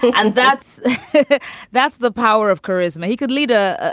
and that's that's the power of charisma. he could lead a,